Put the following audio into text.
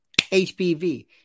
HPV